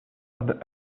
other